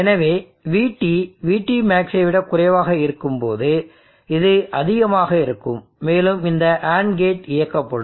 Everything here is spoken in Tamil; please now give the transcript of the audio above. எனவே VT VTmaxஐ விட குறைவாக இருக்கும்போது இது அதிகமாக இருக்கும் மேலும் இந்த AND கேட் இயக்கப்படும்